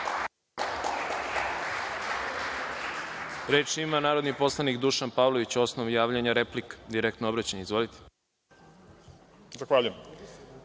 Reč ima narodni poslanik Dušan Pavlović.U osnovi javljanja, replika, direktno obraćanje. Izvolite. **Dušan